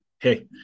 Hey